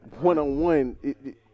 One-on-one